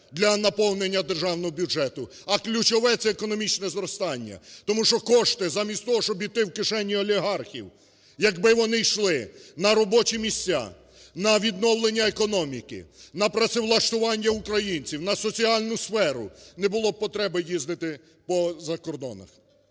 для наповнення державного бюджету, а ключове – це економічне зростання. Тому що кошти замість того, щоб іти в кишені олігархів, якби вони йшли на робочі місця, на відновлення економіки, на працевлаштування українців, на соціальну сферу, не було б потреби їздити по закордонах.